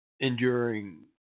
enduring